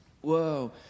Whoa